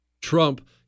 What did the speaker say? Trump